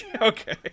okay